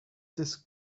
disc